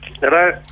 Hello